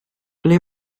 ble